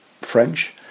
French